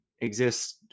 exist